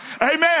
amen